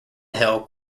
hill